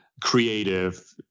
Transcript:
creative